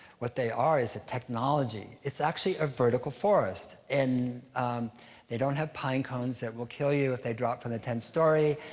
what they are is a technology. it's actually a vertical forest. and they don't have pine cones that will kill you if they drop from the tenth story.